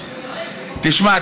תשמע,